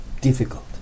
difficult